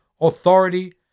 authority